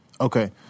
Okay